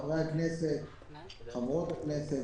חברי וחברות הכנסת,